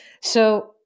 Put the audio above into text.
so-